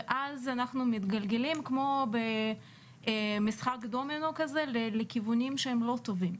ואז אנחנו מתגלגלים כמו במשחק דומינו כזה לכיוונים שהם לא טובים.